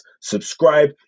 subscribe